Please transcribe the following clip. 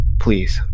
please